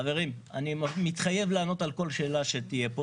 חברים, אני מתחייב לענות על כל שאלה שתהיה פה.